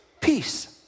Peace